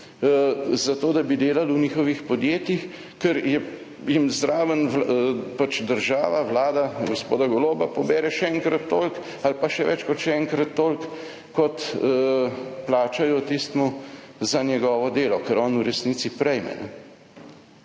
za to, da bi delali v njihovih podjetjih, ker jim zraven država, Vlada gospoda Goloba pobere še enkrat toliko ali pa še več kot še enkrat toliko, kot plačajo tistemu za njegovo delo, kar on v resnici prejme.